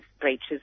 breaches